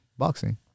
boxing